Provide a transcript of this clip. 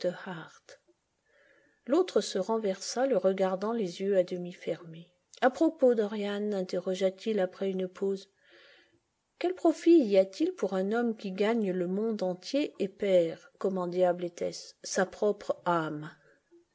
les yeux à demi fermés comme la peinture d'un chagrin une figure sans cœur a propos dorian interrogea-t-il après une pause quel profit y a-t-il pour un homme qui gagne le monde entier et perd comment diable était-ce sa propre âme